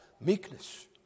Meekness